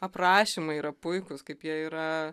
aprašymai yra puikūs kaip jie yra